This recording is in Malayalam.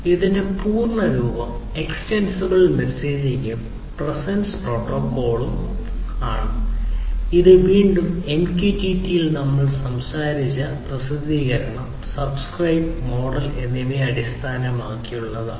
ഇതിന്റെ പൂർണ്ണ രൂപം എക്സ്റ്റെൻസിബിൾ മെസേജിംഗും പ്രസൻസ് പ്രോട്ടോക്കോളും ആണ് ഇത് വീണ്ടും MQTT ൽ നമ്മൾ സംസാരിച്ച പ്രസിദ്ധീകരണം സബ്സ്ക്രൈബ് മോഡൽ എന്നിവയെ അടിസ്ഥാനമാക്കിയുള്ളതാണ്